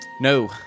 no